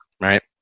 right